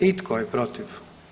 I tko je protiv?